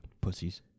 Pussies